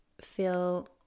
feel